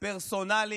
פרסונלי